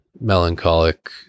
melancholic